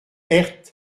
herth